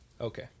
Okay